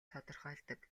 тодорхойлдог